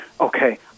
Okay